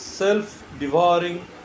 Self-devouring